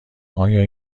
آیا